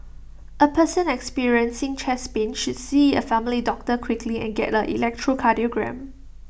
A person experiencing chest pain should see A family doctor quickly and get an electrocardiogram